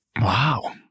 Wow